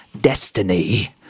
Destiny